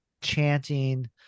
chanting